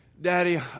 Daddy